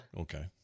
Okay